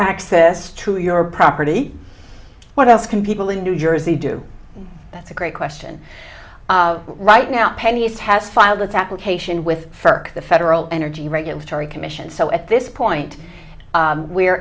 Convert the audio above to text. access to your property what else can people in new jersey do that's a great question right now penny's has filed its application with the federal energy regulatory commission so at this point